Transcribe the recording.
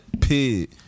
Pig